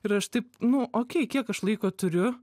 ir aš taip nu okei kiek aš laiko turiu